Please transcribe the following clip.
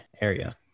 area